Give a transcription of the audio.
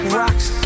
rocks